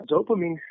dopamine